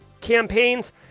campaigns